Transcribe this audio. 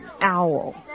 owl